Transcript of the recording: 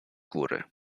góry